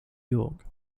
york